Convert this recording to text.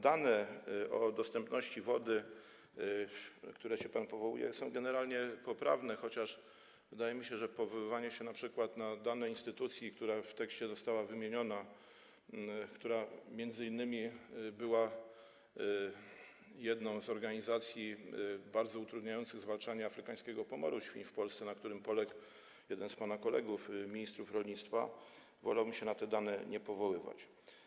Dane o dostępności wody, na które pan się powołuje, są generalnie poprawne, chociaż wydaje mi się, że jeśli chodzi o powoływanie się np. na dane instytucji, która została wymieniona w tekście, która m.in. była jedną z organizacji bardzo utrudniających zwalczanie afrykańskiego pomoru świń w Polsce, na którym poległ jeden z pana kolegów ministrów rolnictwa, to wolałbym się na te dane nie powoływać.